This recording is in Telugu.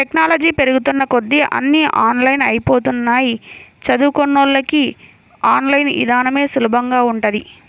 టెక్నాలజీ పెరుగుతున్న కొద్దీ అన్నీ ఆన్లైన్ అయ్యిపోతన్నయ్, చదువుకున్నోళ్ళకి ఆన్ లైన్ ఇదానమే సులభంగా ఉంటది